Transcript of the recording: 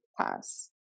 pass